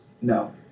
no